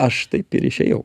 aš taip ir išėjau